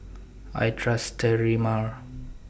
I Trust Sterimar